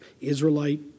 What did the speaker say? Israelite